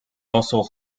also